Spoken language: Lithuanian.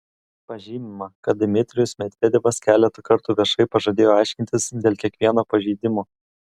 pažymima kad dmitrijus medvedevas keletą kartų viešai pažadėjo aiškintis dėl kiekvieno pažeidimo